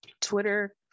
Twitter